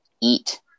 eat